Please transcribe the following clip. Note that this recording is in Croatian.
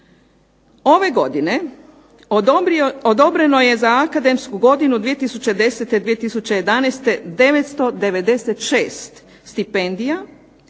Ove godine odobreno je za akademsku godinu 2010./2011. 996 stipendija.